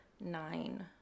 Nine